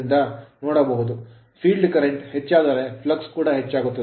field current field current ಹೆಚ್ಚಾದರೆ flux flux ಕೂಡ ಹೆಚ್ಚಾಗುತ್ತದೆ